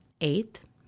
Eighth